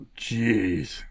Jeez